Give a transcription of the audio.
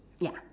ya